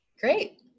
Great